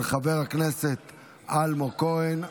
של חבר הכנסת אלמוג כהן.